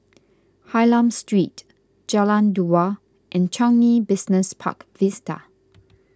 Hylam Street Jalan Dua and Changi Business Park Vista